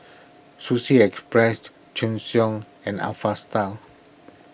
Sushi Express Sheng Siong and Alpha Style